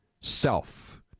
self